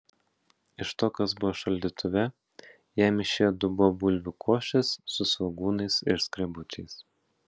iš to kas buvo šaldytuve jam išėjo dubuo bulvių košės su svogūnais ir skrebučiais